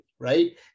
right